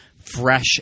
fresh